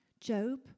Job